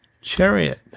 Chariot